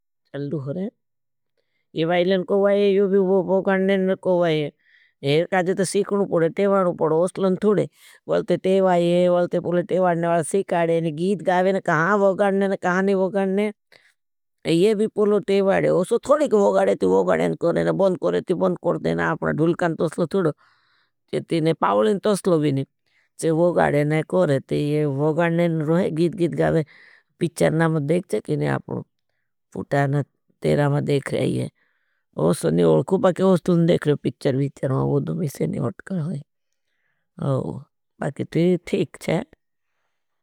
चल्डू हो रहे हैं। ये वाइलेन को वाए, योभी वोगाणनेन को वाए। ये काजे तो सीखनू पड़े, टेवाणू पड़े, उसलन थूड़े। वालते टेवाइ, वालते पूले टेवाण ने वाला सीखाड़े, ने गीद गावे, ने कहाँ वोगाणने, ने कहाँ ने वोगाणने। ये भी पूले टेवाण ने, उसलन थूड़े का वोगाणने, ने वोगाणने को रहे, ने बॉंद करे, ने बॉंद करते, ना अपना धूलकाण तोसल थूड़ो। चे तीने पावलेन तोसलो भी नहीं। चे वोगाणने ने को रहते, ये वोगाणने ने रोहे, गीत गीत गावे, पिच्चरना में देख चे, कि ने आपने पूटान तेरा में देख रहे हैं। ओसो ने उलखू, बाकि ओसो ने देख रहे हैं पिच्चर वीच्चर में, वो दूमी से नहीं होटकर होई। ओ, बाकि ते ठीक चे।